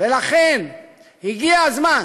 ולכן, הגיע הזמן,